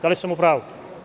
Da li sam u pravu?